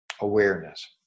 awareness